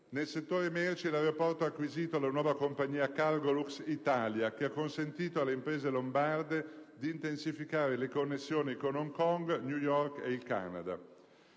Nel settore merci l'aeroporto ha acquisito la nuova compagnia Cargolux Italia, che ha consentito alle imprese lombarde di intensificare le connessioni con Hong Kong, New York e il Canada.